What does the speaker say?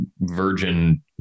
virgin